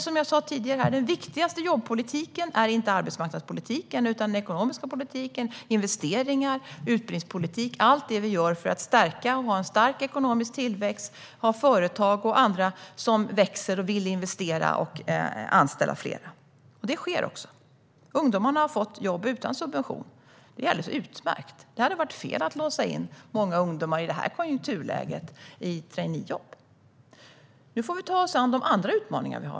Som jag sa tidigare: Den viktigaste jobbpolitiken är inte arbetsmarknadspolitiken, utan det handlar om den ekonomiska politiken, investeringar, utbildningspolitik och allt det vi gör för att ha en stark ekonomisk tillväxt och för att ha företag och andra som växer och som vill investera och anställa fler. Det sker också. Ungdomarna har fått jobb utan subventioner. Det är alldeles utmärkt. I detta konjunkturläge hade det varit fel att låsa in många ungdomar i traineejobb. Nu får vi ta oss an de andra utmaningar som vi har.